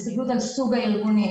לא, אני אומר שהיה צוות בין-משרדי